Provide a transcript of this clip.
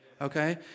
Okay